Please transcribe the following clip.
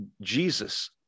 Jesus